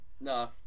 No